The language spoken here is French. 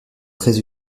très